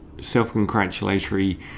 self-congratulatory